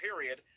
period